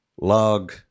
log